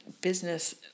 business